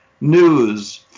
news